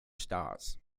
stars